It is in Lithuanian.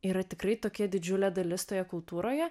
yra tikrai tokia didžiulė dalis toje kultūroje